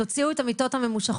שעשינו על זה מאות דיונים גם?